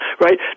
right